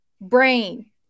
Brain